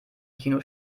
kino